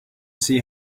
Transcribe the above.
see